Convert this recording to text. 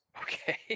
Okay